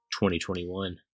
2021